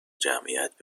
جمعیت